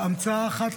המצאה אחת,